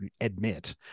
admit